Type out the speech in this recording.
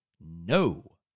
No